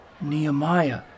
Nehemiah